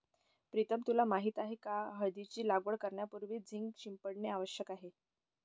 प्रीतम तुला माहित आहे का हळदीची लागवड करण्यापूर्वी झिंक शिंपडणे आवश्यक आहे